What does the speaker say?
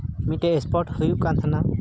ᱢᱤᱫᱴᱮᱱ ᱥᱯᱳᱨᱴ ᱦᱩᱭᱩᱜ ᱠᱟᱱ ᱛᱟᱦᱮᱱᱟ